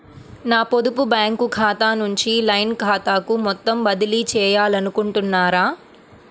నా పొదుపు బ్యాంకు ఖాతా నుంచి లైన్ ఖాతాకు మొత్తం బదిలీ చేయాలనుకుంటున్నారా?